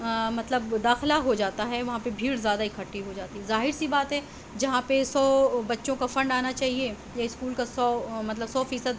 مطلب داخلہ ہو جاتا ہے وہاں پہ بھیڑ زیادہ اکھٹی ہو جاتی ہے ظاہر سی بات ہے جہاں پہ سو بچوں کا فنڈ آنا چاہیے یا اسکول کا سو مطلب سو فیصد